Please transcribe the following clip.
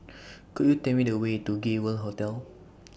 Could YOU Tell Me The Way to Gay World Hotel